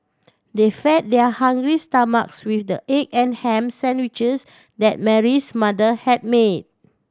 they fed their hungry stomachs with the egg and ham sandwiches that Mary's mother had made